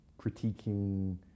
critiquing